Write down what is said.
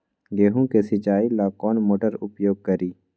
गेंहू के सिंचाई ला कौन मोटर उपयोग करी?